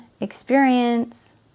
experience